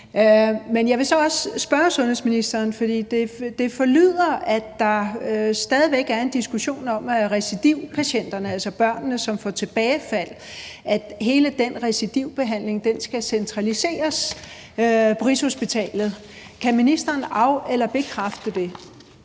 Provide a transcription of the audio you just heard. jeg vil så også spørge sundhedsministeren om noget mere, for det forlyder, at der stadig væk er en diskussion om behandlingen af recidivpatienterne, altså de børn, som får tilbagefald – om hele den recidivbehandling skal centraliseres på Rigshospitalet. Kan ministeren af- eller bekræfte det?